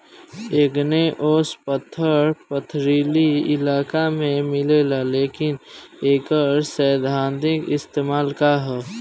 Igneous पत्थर पथरीली इलाका में मिलेला लेकिन एकर सैद्धांतिक इस्तेमाल का ह?